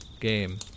game